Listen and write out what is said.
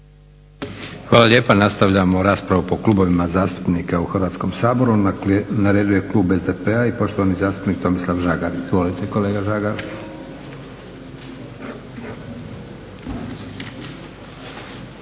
Hvala lijepa. Nastavljamo raspravu po klubovima zastupnika u Hrvatskom saboru. Na redu je klub SDP-a i poštovani zastupnik Tomislav Žagar. Izvolite kolega Žagar.